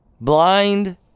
Blind